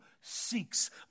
seeks